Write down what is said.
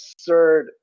absurd